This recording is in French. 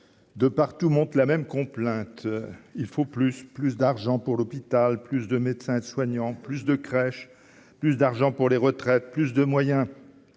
de partout monte la même complainte : il faut plus, plus d'argent pour l'hôpital, plus de médecins et de soignants, plus de crèches, plus d'argent pour les retraites : plus de moyens